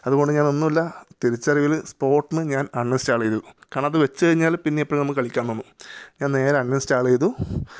അതുകൊണ്ട് ഞാൻ ഒന്നുമില്ല തിരിച്ചറിവിൽ സ്പോട്ടിന് ഞാൻ അൺഇൻസ്റ്റാൾ ചെയ്തു കാരണം അത് വെച്ച് കഴിഞ്ഞാൽ പിന്നെ എപ്പോഴും നമ്മളത് കളിക്കാൻ തോന്നും ഞാൻ നേരെ അൺഇൻസ്റ്റാൾ ചെയ്തു